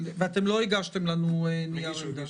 הגשתם לנו נייר עמדה?